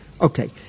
okay